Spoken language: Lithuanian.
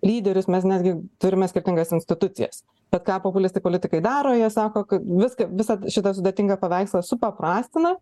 lyderius mes netgi turime skirtingas institucijas bet ką populistai politikai daro jie sako viską visą šitą sudėtingą paveikslą supaprastina